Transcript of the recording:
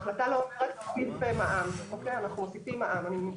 ההחלטה לא אומרת --- אנחנו מוסיפים מע"מ.